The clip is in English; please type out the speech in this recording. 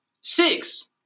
six